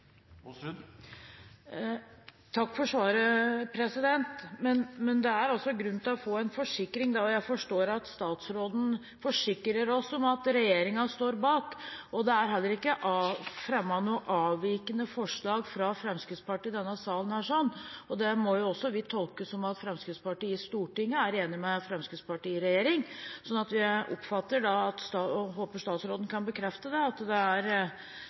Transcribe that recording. Takk for svaret. Men det er altså grunn til å få en forsikring – at statsråden forsikrer oss om at regjeringen står bak. Det er heller ikke fremmet noe avvikende forslag fra Fremskrittspartiet i denne salen, og det må vi jo tolke som at Fremskrittspartiet i Stortinget er enig med Fremskrittspartiet i regjering. Så oppfatter jeg – og håper statsråden kan bekrefte det – at det ikke er